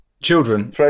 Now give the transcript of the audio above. Children